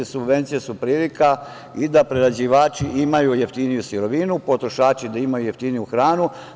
Subvencije su prilika i da prerađivači imaju jeftiniju sirovinu, potrošači da imaju jeftiniju hranu.